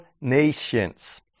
nations